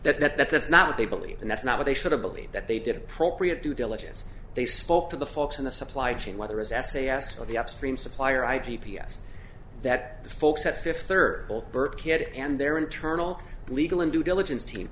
that that that's not what they believe and that's not what they should have believed that they did appropriate due diligence they spoke to the folks in the supply chain whether it's s a s or the upstream supplier i d p s that the folks at fifty third will birkhead and their internal legal and due diligence team